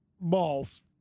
balls